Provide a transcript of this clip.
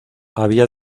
había